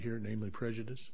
here namely prejudice